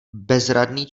bezradný